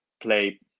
play